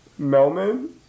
Melman